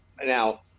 now